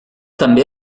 també